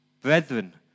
brethren